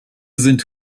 sind